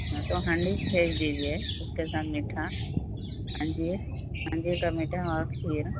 اچّھا ہاں تو ہانڈی بھیج دیجیے اس کے ساتھ میٹھا انجیر انجیر کا میٹھا اور کھیر